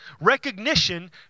Recognition